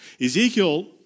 Ezekiel